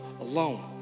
alone